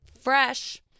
fresh